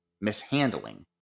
mishandling